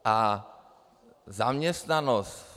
A zaměstnanost.